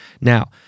Now